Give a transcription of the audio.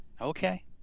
okay